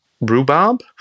rhubarb